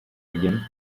again